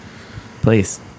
Please